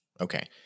Okay